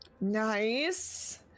nice